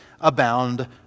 abound